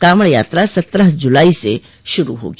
कॉवड़ यात्रा सत्रह जुलाई स शुरू होगी